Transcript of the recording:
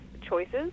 choices